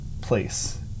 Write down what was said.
place